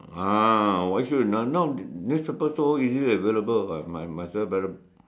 uh why so you know now newspaper so easy available [what] might might as well buy